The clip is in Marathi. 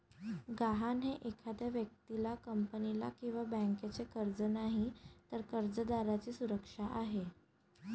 गहाण हे एखाद्या व्यक्तीला, कंपनीला किंवा बँकेचे कर्ज नाही, तर कर्जदाराची सुरक्षा आहे